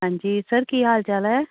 ਹਾਂਜੀ ਸਰ ਕੀ ਹਾਲ ਚਾਲ ਹੈ